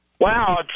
Wow